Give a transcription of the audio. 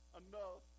enough